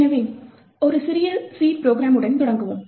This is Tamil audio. எனவே ஒரு சிறிய C ப்ரோக்ராமுடம் தொடங்குவோம்